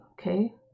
okay